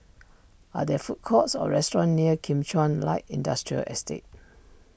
are there food courts or restaurants near Kim Chuan Light Industrial Estate